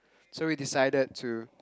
so we decided to